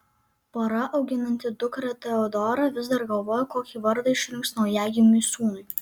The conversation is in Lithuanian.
pora auginanti dukrą teodorą vis dar galvoja kokį vardą išrinks naujagimiui sūnui